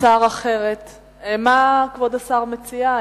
מה כבוד השר מציע?